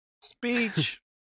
Speech